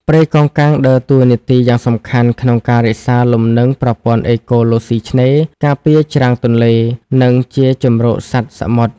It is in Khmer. ព្រៃកោងកាងដើរតួនាទីយ៉ាងសំខាន់ក្នុងការរក្សាលំនឹងប្រព័ន្ធអេកូឡូស៊ីឆ្នេរ ការពារច្រាំងទន្លេ និងជាជម្រកសត្វសមុទ្រ។